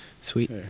sweet